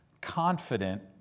confident